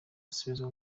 gusubizwa